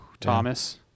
Thomas